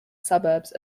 suburbs